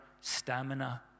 stamina